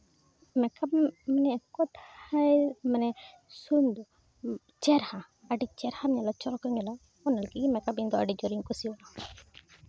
makeup ᱢᱟᱱᱮ ᱮᱠᱴᱩ ᱦᱟᱭ ᱢᱟᱱᱮ ᱥᱩᱱᱫᱚᱨ ᱪᱮᱦᱨᱟ ᱟᱹᱰᱤ ᱪᱮᱦᱨᱟᱢ ᱧᱮᱞᱚᱜᱼᱟ ᱪᱚᱨᱚᱠ ᱮᱢ ᱧᱮᱞᱚᱜᱼᱟ ᱚᱱᱟ ᱞᱟᱹᱜᱤᱫ ᱜᱮ ᱢᱮᱠᱟᱯ ᱤᱧᱫᱚ ᱟᱹᱰᱤ ᱡᱳᱨᱤᱧ ᱠᱩᱥᱤᱭᱟᱜᱼᱟ